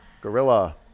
Gorilla